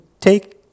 take